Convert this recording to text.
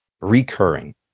recurring